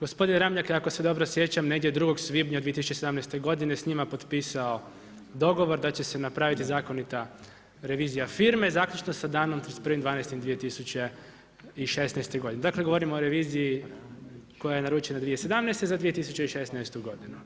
gospodin Ramljak je ako se dobro sjećam negdje 2. svibnja 2017. godine s njima potpisao dogovor da će se napraviti zakonita revizija firme, zaključno sa danom 31.12.2016. godine, dakle govorimo o reviziji koja je naručena 2017. za 2016. godinu.